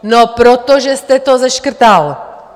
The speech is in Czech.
No protože jste to seškrtal!